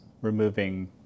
removing